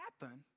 happen